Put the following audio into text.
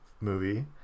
movie